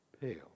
pale